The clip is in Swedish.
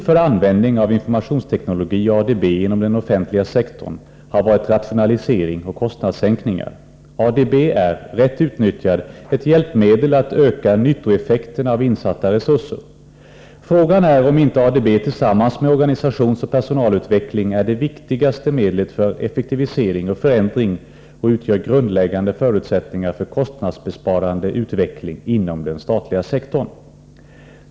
den offentliga sektorn har varit rationalisering och kostnadssänkningar. ADB är, rätt utnyttjad, ett hjälpmedel att öka nyttoeffekten av insatta resurser. Frågan är om inte ADB tillsammans med organisationsoch personalutveckling är det viktigaste medlet för effektivisering och förändring och utgör en grundläggande förutsättning för kostnadsbesparande utveckling inom den statliga sektorn.